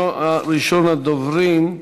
טוב מירושלים.